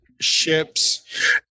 ships